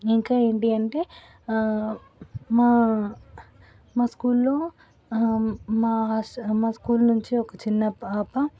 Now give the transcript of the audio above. ఇంకా ఏంటి అంటే మా మా స్కూల్లో మా మా స్కూల్ నుంచి ఒక చిన్న పాప